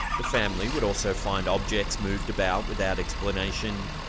the family would also find objects moved about without explanation.